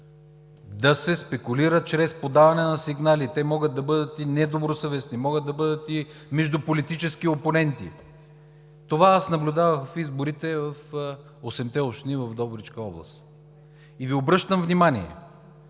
да се спекулира чрез подаване на сигнали. Те могат да бъдат и недобросъвестни, могат да бъдат и между политически опоненти. Това наблюдавах аз в изборите в осемте общини в Добричка област. Обръщам Ви внимание,